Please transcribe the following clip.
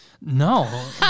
No